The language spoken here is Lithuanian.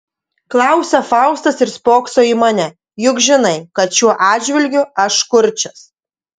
klausia faustas ir spokso į mane juk žinai kad šiuo atžvilgiu aš kurčias